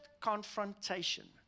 confrontation